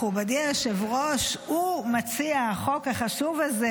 מכובדי היושב-ראש ומציע החוק החשוב הזה